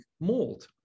mold